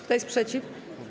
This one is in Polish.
Kto jest przeciw?